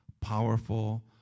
powerful